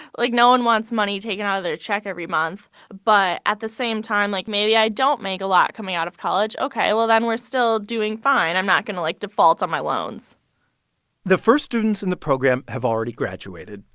like, no one wants money taken out of their check every month. but at the same time, like, maybe i don't make a lot coming out of college. ok. well, then we're still doing fine. i'm not going to, like, default on my loans the first students in the program have already graduated.